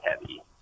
heavy